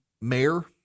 mayor